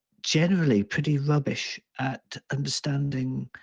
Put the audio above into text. generally pretty rubbish at understanding